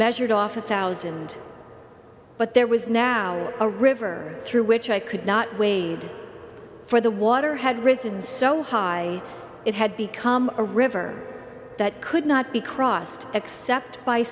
measured off a thousand but there was now a river through which i could not wade for the water had risen so high it had become a river that could not be crossed except by